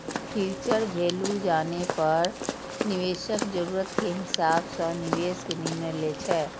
future value जानै पर निवेशक जरूरत के हिसाब सं निवेश के निर्णय लै छै